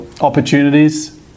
opportunities